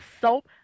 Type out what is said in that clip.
soap